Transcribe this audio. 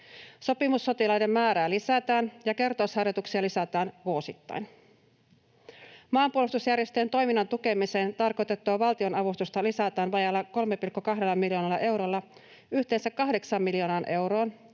Sopimussotilaiden määrää lisätään ja kertausharjoituksia lisätään vuosittain. Maanpuolustusjärjestöjen toiminnan tukemiseen tarkoitettua valtionavustusta lisätään vajaalla 3,2 miljoonalla eurolla yhteensä 8 miljoonaan euroon,